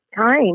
time